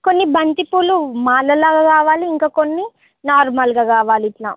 కొన్ని బంతిపూలు మాలలాగా కావాలి ఇంకా కొన్ని నార్మల్గా కావాలి ఇట్లా